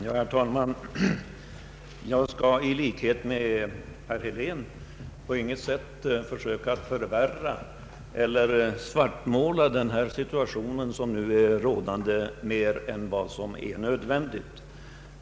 Herr talman! Jag skall i likhet med herr Helén på intet sätt försöka svartmåla den situation som nu är rådande, mer än vad som är nödvändigt.